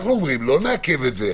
אנחנו אומרים: לא נעכב את זה,